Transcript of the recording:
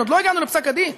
עוד לא הגענו לפסק הדין,